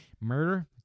Murder